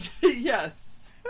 Yes